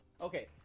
Okay